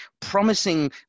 promising